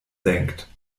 senkt